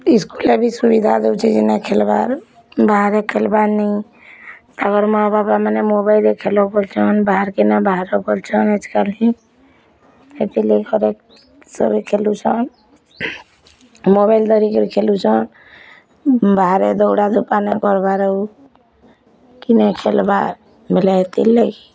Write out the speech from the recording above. ସ୍କୁଲ୍ରେ ବି ସୁବିଧା ଦଉଛି ଯେନେ ଖେଲ୍ବାର୍ ବାହାରେ ଖେଲ୍ବାନି ଆର୍ ମାଆ ବାପାମାନେ ମୋବାଇଲ୍ରେ ଖେଲ ବୋଲ୍ଛନ୍ ବାହାରକେ ନାଇ ବାହାରକେ ବୋଲ୍ଛନ୍ ଆଜିକାଲି ହେତିର୍ ଲାଗି ଘରେ ସଭିଏଁ ଖେଳୁଛନ୍ ମୋବାଇଲ୍ ଧରିକି ଖେଲୁଛନ୍ ବାହାରେ ଦଉଡ଼ା ଧୂପା ନାଇ କର୍ବା ଆରୁ କିନେ ଖେଲ୍ବା ବୋଲି ହେତିର୍ଲାଗି